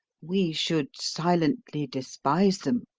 we should silently despise them.